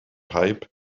pipe